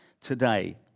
Today